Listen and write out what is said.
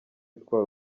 itwara